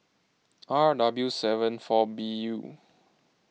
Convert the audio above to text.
R W seven four B U